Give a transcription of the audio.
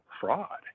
fraud